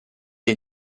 est